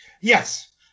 Yes